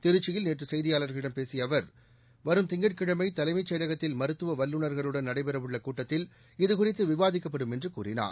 திருச்சியில் நேற்று செய்தியாளர்களிடம் பேசிய அவர் வரும் திங்கட்கிழமை தலைமைச் செயலகத்தில் மருத்துவ வல்லுநர்களுடன் நடைபெறவுள்ள கூட்டத்தில் இதுகுறித்து விவாதிக்கப்படும் என்று கூறினார்